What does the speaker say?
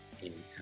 anytime